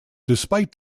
despite